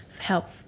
help